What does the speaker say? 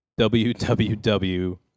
www